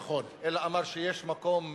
אלא אמר שיש מקום,